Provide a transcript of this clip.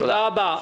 תודה רבה.